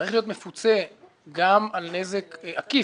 צריך להיות מפוצה גם על נזק עקיף?